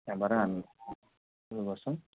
त्यहाँबाट हामी उयो गर्छौँ